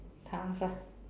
tough ah